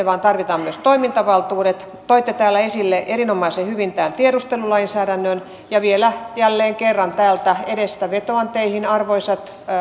vaan tarvitaan myös toimintavaltuudet toitte täällä esille erinomaisen hyvin tämän tiedustelulainsäädännön ja vielä jälleen kerran täältä edestä vetoan teihin arvoisat